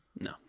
No